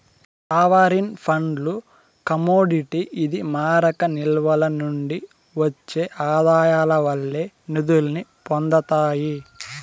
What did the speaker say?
sovereign ఫండ్లు commodity ఇది మారక నిల్వల నుండి ఒచ్చే ఆదాయాల వల్లే నిదుల్ని పొందతాయి